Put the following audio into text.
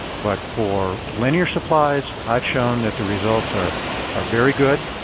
but for linear supplies, i've shown that the results are are very good.